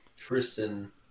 tristan